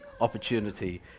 opportunity